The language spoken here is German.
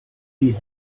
wie